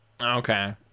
Okay